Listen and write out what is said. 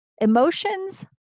Emotions